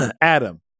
Adam